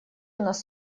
нас